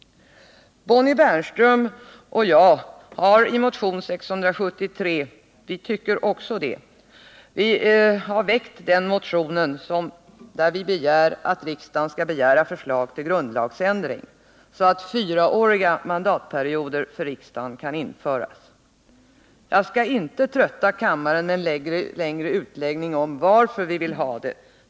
Bonnie Bernström och jag har i vår motion 643 yrkat att riksdagen skall begära förslag till grundlagsändring så att fyraåriga mandatperioder för riksdagen kan införas. Jag skall inte trötta kammaren med en längre utläggning om varför vi vill ha det så.